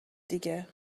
دیگه